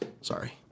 sorry